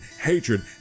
hatred